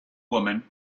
woman